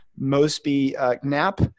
Mosby-Knapp